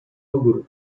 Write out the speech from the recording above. ogród